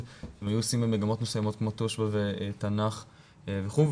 במגמות מסוימות כמו תושב"ע ותנ"ך וכולי,